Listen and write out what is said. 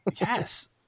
yes